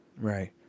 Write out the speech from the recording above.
Right